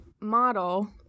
model